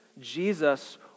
Jesus